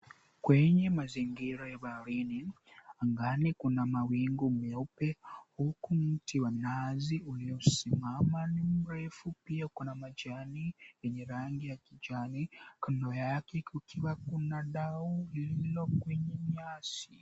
Kwenye mazingira ya baharini, angani kuna mawingu meupe huku mti wa nazi uliosimama ni mrefu. Pia kuna majani yenye rangi ya kijani, kando yake kukiwa kuna dau lililo kwenye nyasi.